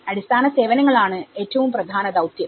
അടിസ്ഥാന സേവനങ്ങൾ ആണ് ഏറ്റവും പ്രധാന ദൌത്യം